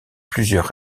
plusieurs